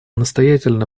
настоятельно